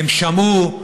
הם שמעו,